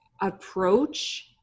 approach